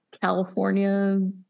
California